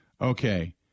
Okay